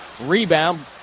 Rebound